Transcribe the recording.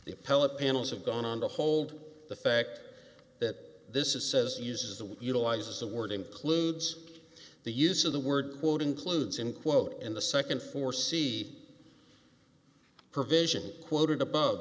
the appellate panels have gone on to hold the fact that this is says uses that utilizes the word includes the use of the word quote includes in quote in the second for c provision quoted above